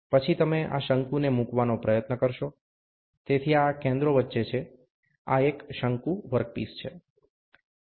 પછી તમે આ શંકુને મૂકવાનો પ્રયત્ન કરશો તેથી આ કેન્દ્રો વચ્ચે છે આ એક શંકુ વર્કપીસછે